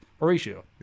Horatio